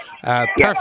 Perfect